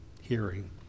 Hearing